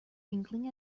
inkling